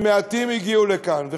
כשמעטים הגיעו לכאן,